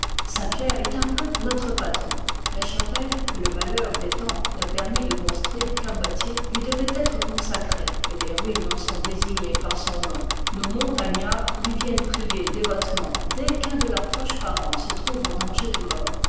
pierre est un peu notre patron la chapelle que le malheur des temps n'a permis de construire qu'à moitié lui devait être consacrée et les ruines en sont désignées par son nom nos montagnards l'y viennent prier dévotement dès qu'un de leurs proches parents se trouve en danger de mort